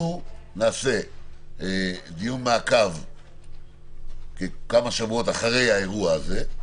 נעשה דיון מעקב כמה שבועות אחרי האירוע הזה,